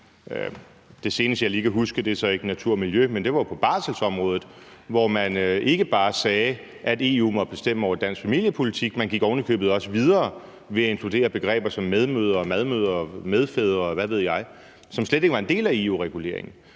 Det seneste, jeg lige kan huske, er så ikke om natur og miljø, men det var på barselsområdet, hvor man ikke bare sagde, at EU måtte bestemme over dansk familiepolitik, man gik ovenikøbet også videre ved at inkludere begreber som medmødre, madmødre, medfædre, og hvad ved jeg, som slet ikke var en del af EU-reguleringen.